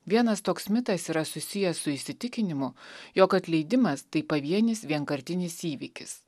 vienas toks mitas yra susijęs su įsitikinimu jog atleidimas tai pavienis vienkartinis įvykis